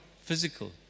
physical